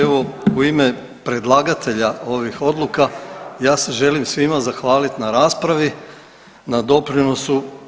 Evo u ime predlagatelja ovih odluka ja se želim svima zahvaliti na raspravi, na doprinosu.